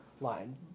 line